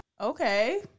Okay